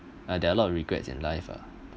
ah there are a lot of regrets in life ah